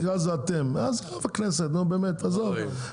עזוב כנסת באמת עזוב,